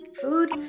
food